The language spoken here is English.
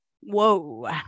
whoa